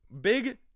big